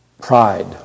Pride